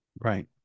Right